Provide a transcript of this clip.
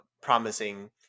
promising